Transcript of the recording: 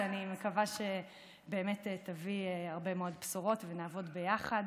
שאני מקווה שבאמת תביא הרבה מאוד בשורות ונעבוד ביחד.